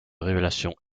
révélation